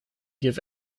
give